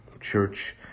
Church